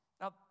Now